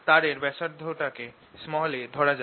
তারের ব্যাসার্ধটাকে a ধরা যাক